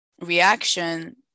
reaction